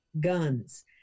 guns